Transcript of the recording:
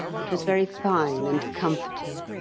it was very fine and comforting.